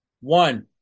One